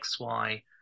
XY